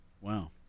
Wow